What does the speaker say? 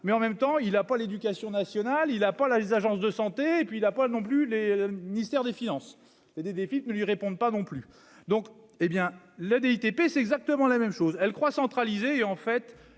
mais en même temps il a pas l'éducation nationale, il a pas la les agences de santé et puis il a pas non plus les ministères des Finances et des ne lui réponde pas non plus, donc, hé bien la DTP c'est exactement la même chose, elle croit centralisé et en fait,